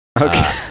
Okay